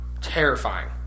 Terrifying